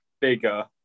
bigger